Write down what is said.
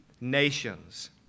nations